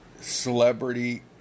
celebrity